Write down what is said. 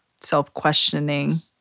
self-questioning